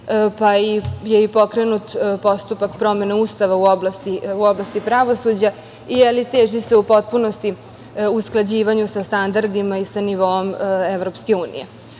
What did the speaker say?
pa je i pokrenut postupak promene Ustava u oblasti pravosuđa i teži se u potpunosti usklađivanju sa standardima i sa nivoom